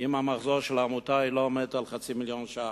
אם המחזור של העמותה לא עומד על חצי מיליון ש"ח,